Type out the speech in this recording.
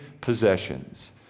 possessions